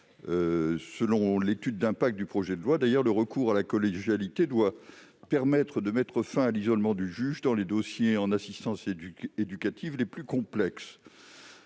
Selon l'étude d'impact du projet de loi, le recours à la collégialité doit permettre « de mettre fin à l'isolement du juge dans les dossiers en assistance éducative les plus complexes